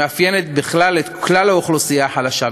שמאפיינת בכלל את כלל האוכלוסייה החלשה,